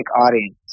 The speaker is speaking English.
audience